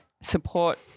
support